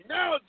Now